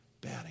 bad